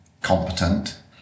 competent